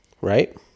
right